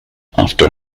after